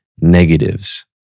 negatives